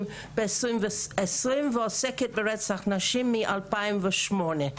ב-2020 ועוסקת בנושא רצח נשים מ-2008 .